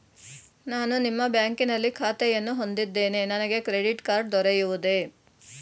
ನಾನು ನಿಮ್ಮ ಬ್ಯಾಂಕಿನಲ್ಲಿ ಖಾತೆಯನ್ನು ಹೊಂದಿದ್ದೇನೆ ನನಗೆ ಕ್ರೆಡಿಟ್ ಕಾರ್ಡ್ ದೊರೆಯುವುದೇ?